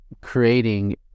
creating